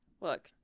look